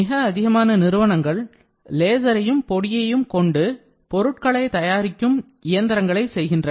மிக அதிகமான நிறுவனங்கள் லேசரையும் பொடியையும் கொண்டு பொருட்களை தயாரிக்கும் இயந்திரங்களை செய்கின்றன